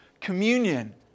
communion